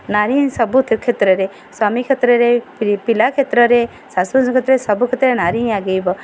ନାରୀ ହିଁ ସବୁ କ୍ଷେତ୍ରରେ ସ୍ୱାମୀ କ୍ଷେତ୍ରରେ ପିଲା କ୍ଷେତ୍ରରେ ଶାଶୁ କ୍ଷେତ୍ରରେ ସବୁ କ୍ଷେତ୍ରରେ ନାରୀ ହିଁ ଆଗେଇବ